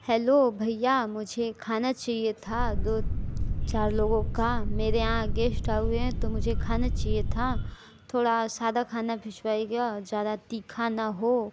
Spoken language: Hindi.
हेलो भैया मुझे खाना चाहिए था दो चार लोगो का मेरे यहाँ गेस्ट आए हुए हैं तो मुझे खाना चाहिए था थोड़ा सादा खाना भिजवाएगा ज़्यादा तीखा ना हो